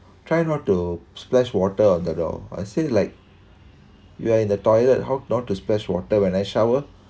try not to splash water on the door I said like you are in the toilet how not to splash water when I shower